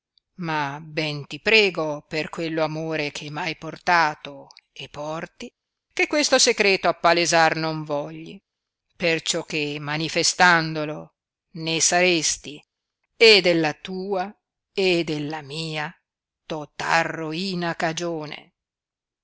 ma ben ti prego per quello amore che m hai portato e porti che questo secreto appalesar non vogli perciò che manifestandolo ne saresti e della tua e della mia total roina cagione